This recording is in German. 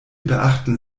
beachten